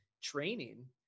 training